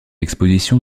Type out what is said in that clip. exposition